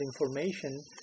information